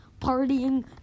partying